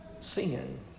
sin